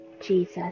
Jesus